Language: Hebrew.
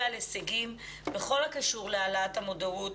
על הישגים בכל הקשור להעלאת המודעות